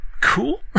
cool